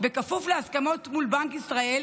בכפוף להסכמות מול בנק ישראל